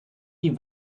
die